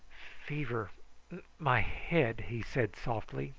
fever my head, he said softly,